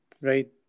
right